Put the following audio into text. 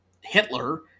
Hitler